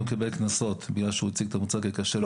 הוא קיבל קנסות בגלל שהוא הציג את המוצר ככשר בלי שיש לו --- לא